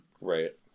right